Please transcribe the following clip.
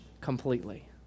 completely